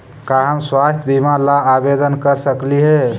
का हम स्वास्थ्य बीमा ला आवेदन कर सकली हे?